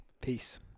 Peace